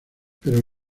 pero